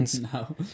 No